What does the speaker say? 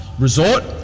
resort